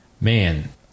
Man